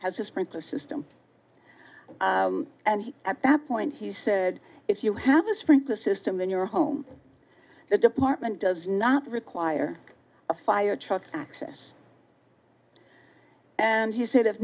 has a sprinkler system and at that point he said if you have a sprinkler system in your home the department does not require a fire truck access and he said if